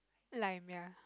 lime ya